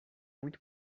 muito